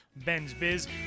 bensbiz